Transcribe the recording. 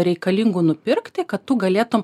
reikalingų nupirkti kad tu galėtum